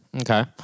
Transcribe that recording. Okay